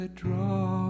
draw